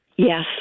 Yes